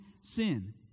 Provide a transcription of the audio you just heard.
sin